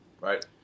Right